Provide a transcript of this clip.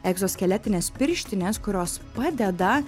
egzoskeletinės pirštinės kurios padeda